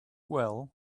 well